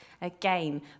again